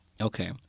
Okay